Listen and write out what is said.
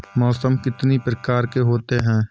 मौसम कितनी प्रकार के होते हैं?